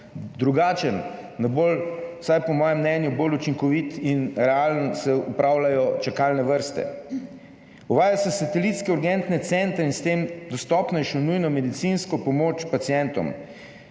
drugačen, vsaj po mojem mnenju bolj učinkovit in realen način se odpravljajo čakalne vrste, uvaja se satelitske urgentne centre in s tem dostopnejšo nujno medicinsko pomoč pacientom.